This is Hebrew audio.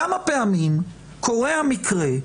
כמה פעמים קורה המקרה,